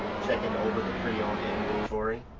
checking over the pre-owned inventory.